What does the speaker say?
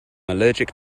allergic